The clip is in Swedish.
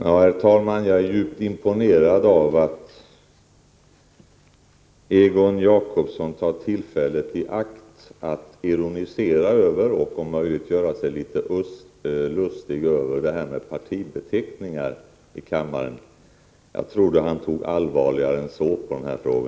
Herr talman! Jag är djupt imponerad av att Egon Jacobsson tar tillfället i akt att ironisera och göra sig litet lustig över det här med partibeteckning. Jag trodde att han såg allvarligare än så på denna fråga.